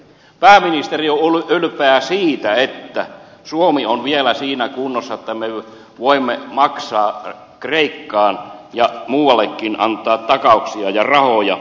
pääministeri on ylpeä siitä että suomi on vielä siinä kunnossa että me voimme maksaa kreikkaan ja muuallekin antaa takauksia ja rahoja